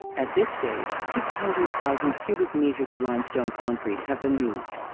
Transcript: at this stage six hundred thousand cubic meters of limestone concrete have been moved.